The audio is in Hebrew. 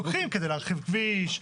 לוקחים כדי להרחיב כביש,